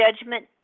judgment